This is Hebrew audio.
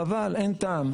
חבל, אין טעם.